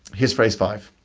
here's phrase five.